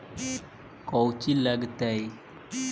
कौची लगतय?